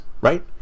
right